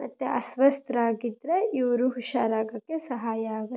ಮತ್ತು ಅಸ್ವಸ್ಥರಾಗಿದ್ದರೆ ಇವರು ಹುಷಾರಾಗೋಕ್ಕೆ ಸಹಾಯ ಆಗುತ್ತೆ